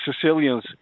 Sicilians